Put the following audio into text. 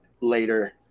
later